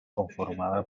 conformada